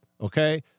Okay